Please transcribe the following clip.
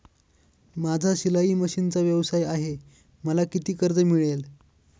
माझा शिलाई मशिनचा व्यवसाय आहे मला किती कर्ज मिळेल?